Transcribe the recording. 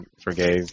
forgave